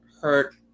hurt